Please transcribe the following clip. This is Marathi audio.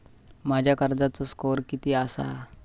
माझ्या कर्जाचो स्कोअर किती आसा?